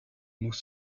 nous